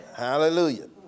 Hallelujah